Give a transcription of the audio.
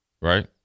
Right